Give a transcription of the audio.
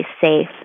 safe